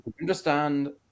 Understand